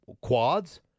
quads